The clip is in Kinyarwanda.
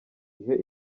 ihe